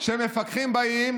שמפקחים באים,